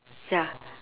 ya